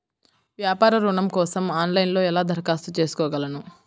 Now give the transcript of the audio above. వ్యాపార ఋణం కోసం ఆన్లైన్లో ఎలా దరఖాస్తు చేసుకోగలను?